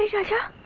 raja.